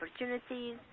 opportunities